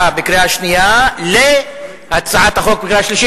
בקריאה שנייה להצעת החוק בקריאה שלישית.